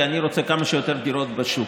כי אני רוצה כמה שיותר דירות בשוק.